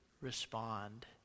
respond